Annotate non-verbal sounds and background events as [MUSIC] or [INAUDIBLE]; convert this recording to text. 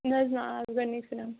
نہٕ حظ نہ آز [UNINTELLIGIBLE]